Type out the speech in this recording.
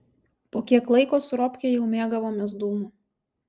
po kiek laiko su robke jau mėgavomės dūmu